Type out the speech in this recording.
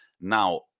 Now